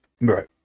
Right